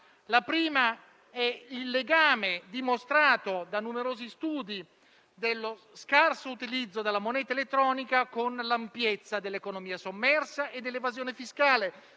quali è il legame, dimostrato da numerosi studi, tra lo scarso utilizzo della moneta elettronica e l'ampiezza dell'economia sommersa e dell'evasione fiscale,